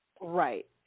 Right